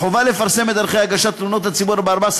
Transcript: בואו נדבר על כמה.